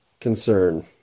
concern